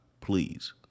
Please